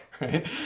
right